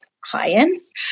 clients